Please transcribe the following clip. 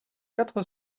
quatre